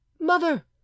Mother